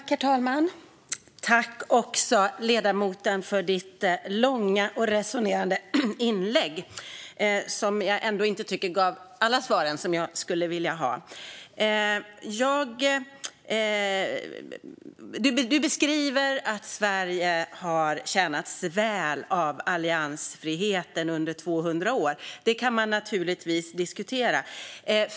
Herr talman! Tack, ledamoten, för ditt långa och resonerande inlägg, som ändå inte gav alla svar som jag skulle vilja ha! Du beskriver att Sverige har tjänats väl av alliansfriheten under 200 år. Det kan man naturligtvis diskutera.